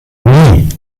nie